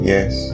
Yes